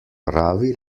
pravi